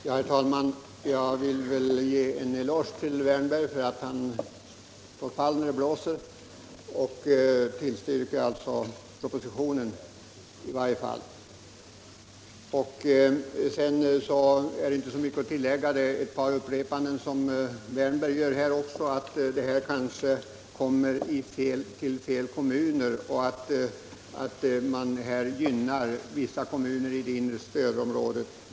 Herr talman! Jag vill ge herr Wärnberg en eloge för att han står pall när det blåser och tillstyrker propositionen. Herr Wärnberg upprepar det i debatten tidigare fällda påståendet att det kanske blir fel kommuner som blir delaktiga av den sänkta arbetsgivaravgiften och att man sålunda i alltför stor utsträckning gynnar vissa kommuner i det inre stödområdet.